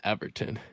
Everton